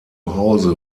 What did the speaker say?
hause